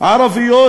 ערביות